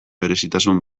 berezitasun